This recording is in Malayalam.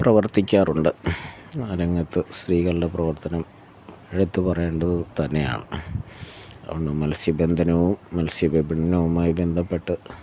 പ്രവർത്തിക്കാറുണ്ട് ആ രംഗത്ത് സ്ത്രീകളുടെ പ്രവർത്തനം എടുത്ത് പറയേണ്ടത് തന്നെയാണ് അതുകൊണ്ട് മത്സ്യബന്ധനവും മൽസ്യ വിപണനവുമായി ബന്ധപ്പെട്ട്